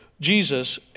Jesus